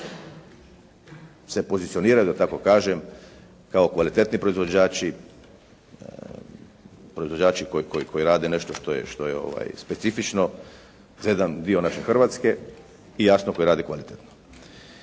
se pozicioniraju da tako kažem, kao kvalitetni proizvođači, proizvođači koji rade nešto što je specifično za jedan dio naše Hrvatske i jasno koji rade kvalitetno.